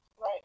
Right